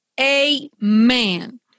Amen